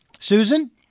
Susan